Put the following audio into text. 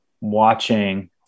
watching